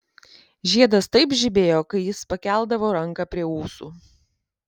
žiedas taip žibėjo kai jis pakeldavo ranką prie ūsų